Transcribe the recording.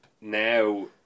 now